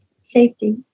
safety